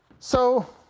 so